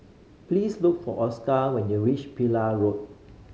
please look for Oscar when you reach Pillai Road